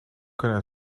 kunnen